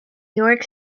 york